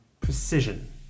precision